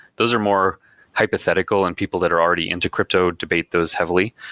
those are more hypothetical and people that are already into crypto debate those heavily.